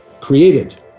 created